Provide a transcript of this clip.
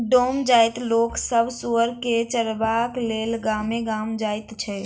डोम जाइतक लोक सभ सुगर के चरयबाक लेल गामे गाम जाइत छै